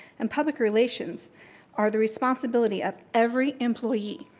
and public relations are the responsibility of every employee.